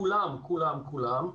בכולם בכולם,